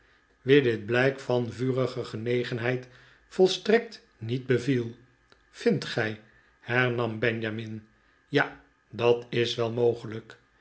wie dit blijk van vurige genegenheid volstrekt niet beviel vindt gij hernam benjamin ja dat is wel mogelijk